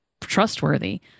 trustworthy